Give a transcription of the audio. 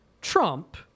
Trump